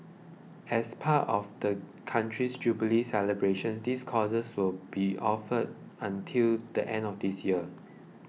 as part of the country's jubilee celebrations these courses will be offered until the end of this year